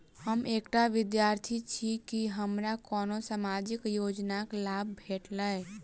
हम एकटा विद्यार्थी छी, की हमरा कोनो सामाजिक योजनाक लाभ भेटतय?